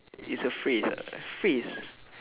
is a phrase ah phrase